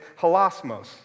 halosmos